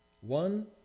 one